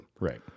right